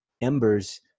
embers